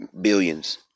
billions